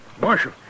Marshal